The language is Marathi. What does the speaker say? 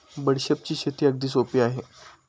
बडीशेपची शेती अगदी सोपी आहे